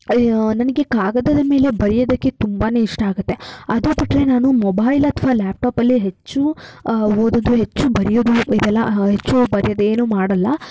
ಅಯ್ಯೋ ನನಗೆ ಕಾಗದದ ಮೇಲೆ ಬರೆಯೋದಕ್ಕೆ ತುಂಬಾ ಇಷ್ಟ ಆಗುತ್ತೆ ಅದು ಬಿಟ್ಟರೆ ನಾನು ಮೊಬೈಲ್ ಅಥವಾ ಲ್ಯಾಪ್ಟಾಪಲ್ಲೇ ಹೆಚ್ಚು ಓದೋದು ಹೆಚ್ಚು ಬರೆಯೋದು ಇದೆಲ್ಲ ಹೆಚ್ಚು ಬರೆಯೋದೇನು ಮಾಡೋಲ್ಲ